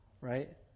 Right